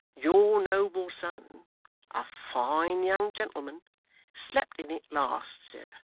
your noble son a fine young gentleman slept in it last, sir,